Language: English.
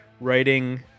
writing